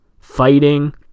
fighting